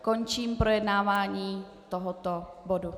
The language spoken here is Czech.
Končím projednávání tohoto bodu.